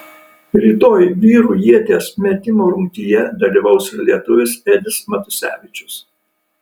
rytoj vyrų ieties metimo rungtyje dalyvaus ir lietuvis edis matusevičius